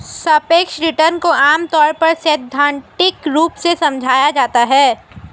सापेक्ष रिटर्न को आमतौर पर सैद्धान्तिक रूप से समझाया जाता है